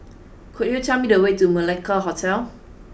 could you tell me the way to Malacca Hotel